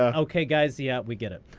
ah ok, guys. yep, we get it.